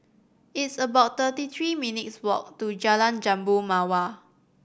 it's about thirty three minutes' walk to Jalan Jambu Mawar